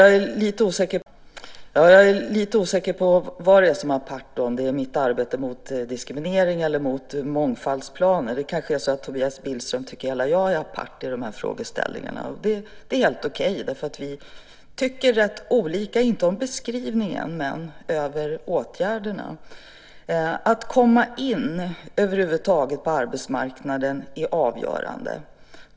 Fru talman! Jag är lite osäker på vad det är som är apart, om det är mitt arbete mot diskriminering eller med mångfaldsplaner. Det kanske är så att Tobias Billström tycker att hela jag är apart i de här frågeställningarna, och det är helt okej. Vi tycker rätt olika inte om beskrivningen men om åtgärderna. Att över huvud taget komma in på arbetsmarknaden är avgörande.